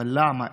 אבל למה?